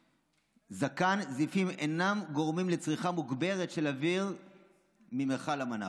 זקן זיפים אינם גורמים לצריכה מוגברת של אוויר ממכל המנ"פ.